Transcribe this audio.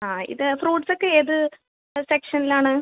ആ ഇത് ഫ്രൂട്ട്സ് ഒക്കെ ഏത് സെക്ഷനിലാണ്